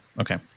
Okay